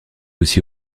aussi